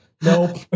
Nope